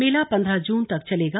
मेला पन्द्रह जून तक चलेगा